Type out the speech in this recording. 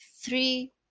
three